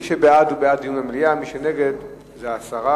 מי שבעד, הוא בעד דיון במליאה, מי שנגד, זה הסרה.